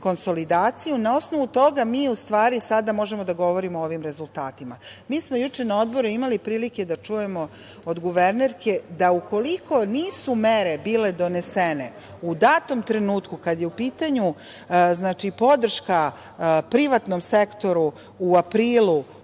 konsolidaciju na osnovu toga mi u stvari sada možemo da govorimo o ovim rezultatima. Juče smo na Odboru imali prilike da čujemo od guvernerke da ukoliko nisu mere bile donesene u datom trenutku kada je u pitanju podrška privatnom sektoru, u aprilu,